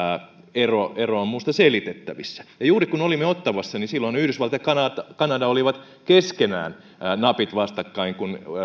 ero ero on minusta selitettävissä juuri kun olimme ottawassa yhdysvallat ja kanada kanada olivat keskenään napit vastakkain kun